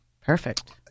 Perfect